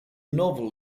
novel